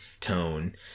tone